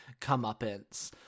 comeuppance